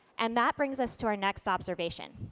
and that brings us to our next observation.